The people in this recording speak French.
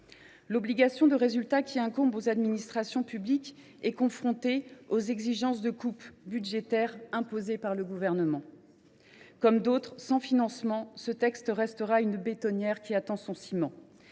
L’obligation de résultat qui incombe aux administrations publiques est confrontée aux coupes budgétaires imposées par le Gouvernement. Comme d’autres avant elle, à défaut de financement, cette loi restera une bétonnière qui attend son ciment.